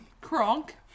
Kronk